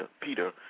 Peter